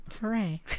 Hooray